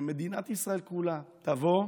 שמדינת ישראל כולה תבוא